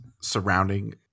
surrounding